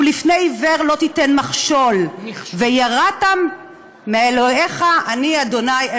ולפני עִוֵר לא תתן מכשֹל, ויראת מאלהיך, אני ה'".